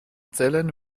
zellen